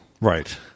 Right